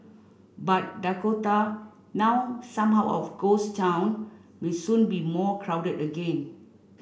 but Dakota now somewhat of ghost town may soon be more crowded again